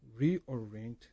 reorient